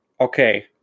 okay